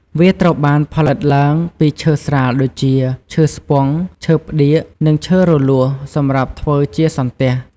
វាត្រូវបានផលិតឡើងពីឈើស្រាលដូចជា ឈើស្ពង់ ឈើផ្ដៀក និងឈើរលួសសំរាប់ធ្វើជាសន្ទះ។